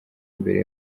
mbere